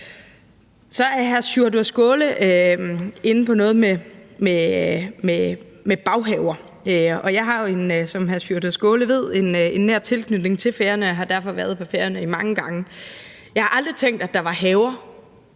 Så er hr. Sjúrður Skaale inde på noget med baghaver. Jeg har jo, som hr. Sjúrður Skaale ved, en nær tilknytning til Færøerne og har derfor været på Færøerne mange gange. Jeg har aldrig tænkt, at der var haver